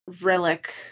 relic